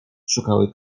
szukały